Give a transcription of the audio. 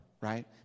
Right